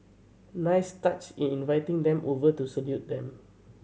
nice touch in inviting them over to salute them